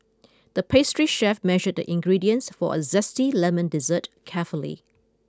the pastry chef measured the ingredients for a zesty lemon dessert carefully